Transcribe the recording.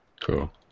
cool